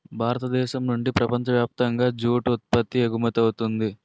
భారతదేశం నుండి ప్రపంచ వ్యాప్తంగా జూటు ఉత్పత్తి ఎగుమవుతుంది